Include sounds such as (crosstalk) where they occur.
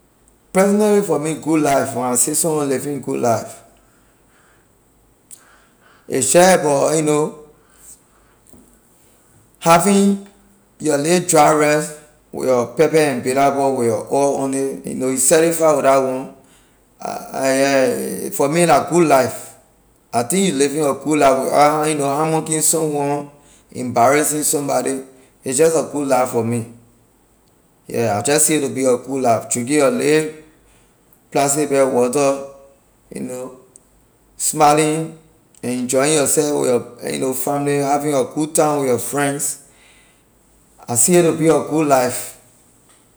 Personally for me good life when I say someone living good life a just about (hesitation) you know having your lay dry rice with your pepper and bitterball with your oil on it you know you satisfy with la one (hesitation) for me la good life I think you living a good life without (hesitation) you know hammocking someone embarrassing somebody it’s just a good life for me yeah I just see it to be a good life drinking your lay plastic bag water you know smiling and enjoying yourself with your you know family having your good time with your friends I see it to be a good life.